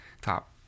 top